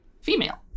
female